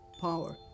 power